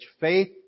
faith